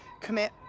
commit